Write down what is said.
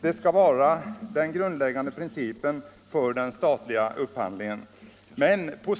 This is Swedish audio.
Det skall vara den grundläggande principen i den statliga upphandlingen. Men häri